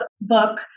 book